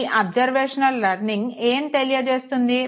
ఈ observational learning ఏం తెలియజేస్తుంది